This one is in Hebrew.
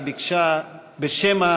היא ביקשה בשם,